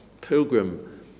Pilgrim